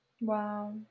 Wow